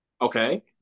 Okay